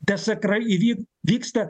tie sakra ir jeigu vyksta